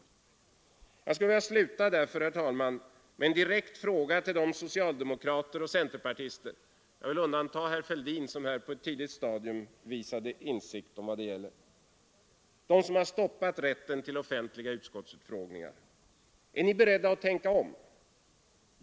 Jag skulle därför vilja sluta, herr talman, med en direkt fråga till de socialdemokrater och centerpartister — herr Fälldin undantagen, som på ett tidigt stadium visat insikt i vad det gäller — som stoppat rätten till offentliga utskottsutfrågningar: Är ni beredda att tänka om?